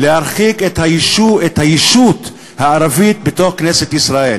להרחיק את הישות הערבית בתוך כנסת ישראל.